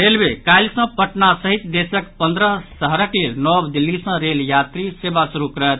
railway काल्हि सँ पटना सहित देशक पंद्रह शहरक लेल नव दिल्ली सँ रेल यात्री सेवा शुरू करत